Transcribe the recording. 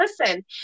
listen